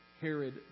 Herod